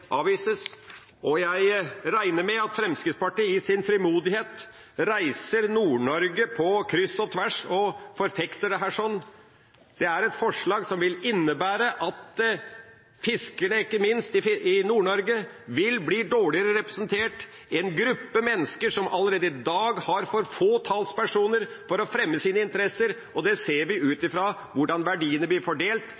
og jeg regner med at Fremskrittspartiet i sin frimodighet reiser Nord-Norge på kryss og tvers og forfekter dette her. Det er et forslag som vil innebære at ikke minst fiskerne i Nord-Norge vil bli dårligere representert, en gruppe mennesker som allerede i dag har for få talspersoner for å fremme sine interesser, og det ser vi ut